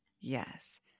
yes